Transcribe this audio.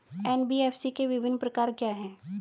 NBFC के विभिन्न प्रकार क्या हैं?